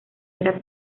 era